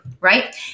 right